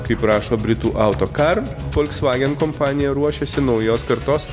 kaip rašo britų auto kar folksvagen kompanija ruošiasi naujos kartos